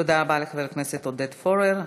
תודה רבה לחבר הכנסת עודד פורר.